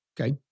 Okay